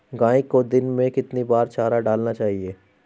गाय को दिन में कितनी बार चारा डालना चाहिए?